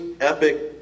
epic